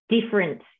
different